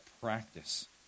practice